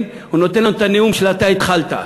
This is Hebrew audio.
הוא נותן לנו את הנאום של "אתה התחלת".